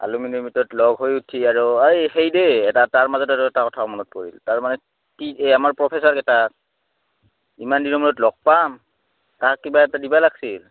alumni মিটত লগ হৈ উঠি আৰু এই সেই দেই এটা তাৰ মাজত আৰু এটা কথা মনত পৰিল তাৰ মানে কি এই আমাৰ প্ৰফেচাৰ কেইটা ইমান দিনৰ মূৰত লগ পাম তাহাঁক কিবা এটা দিবা লাগছিল